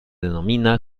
denomina